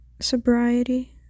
sobriety